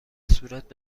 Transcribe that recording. صورت